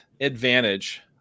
advantage